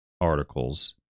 articles